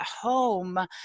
home